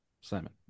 Simon